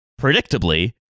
predictably